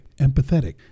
empathetic